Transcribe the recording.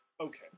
Okay